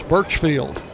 Birchfield